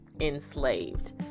enslaved